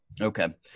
okay